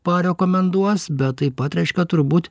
parekomenduos bet taip pat reiškia turbūt